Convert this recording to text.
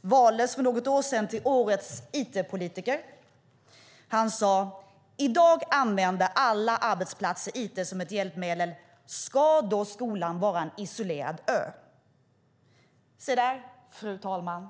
valdes för något år sedan till årets it-politiker. Han sade: I dag använder alla arbetsplatser it som ett hjälpmedel. Ska då skolan vara en isolerad ö? Se där, fru talman!